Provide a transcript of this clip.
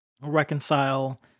reconcile